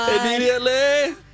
Immediately